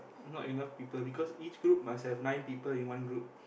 not enough people because each group must have nine people in one group